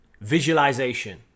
Visualization